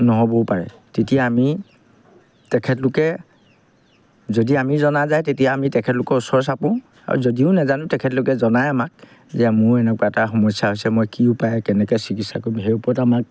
নহ'বও পাৰে তেতিয়া আমি তেখেতলোকে যদি আমি জনা যায় তেতিয়া আমি তেখেতলোকৰ ওচৰ চাপোঁ আৰু যদিও নাজানো তেখেতলোকে জনাই আমাক যে মোৰ এনেকুৱা এটা সমস্যা হৈছে মই কি উপায় কেনেকৈ চিকিৎসা কৰিম সেই ওপৰত আমাক